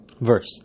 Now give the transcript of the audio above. verse